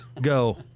Go